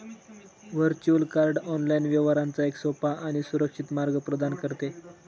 virtual card online व्यवहारांचा एक सोपा आणि सुरक्षित मार्ग प्रदान करते